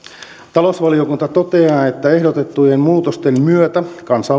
talousvaliokunta toteaa että ehdotettujen muutosten myötä